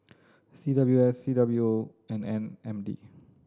C W S C W O and M N D